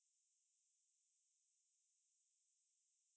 I also will choose the same thing lah actually thinking about it